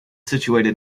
situated